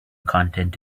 content